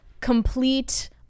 complete